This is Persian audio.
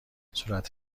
صورت